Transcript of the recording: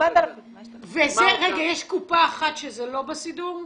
ויש קופה אחת שזה לא בסידור?